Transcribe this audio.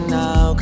now